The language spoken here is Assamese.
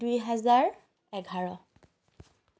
দুহেজাৰ এঘাৰ